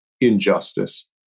injustice